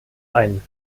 ein